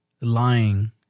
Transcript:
lying